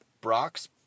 Brock's